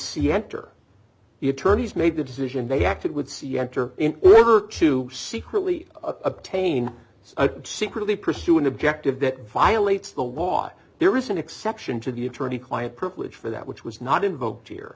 emptor the attorneys made the decision they acted would see enter in order to secretly attain secretly pursue an objective that violates the law there is an exception to the attorney client privilege for that which was not invoked here